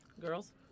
girls